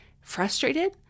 frustrated